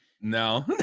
no